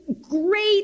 great